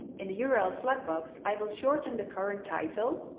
in the url slug box, i will shorten the current title